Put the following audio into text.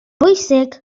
bwysig